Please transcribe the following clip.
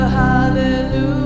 hallelujah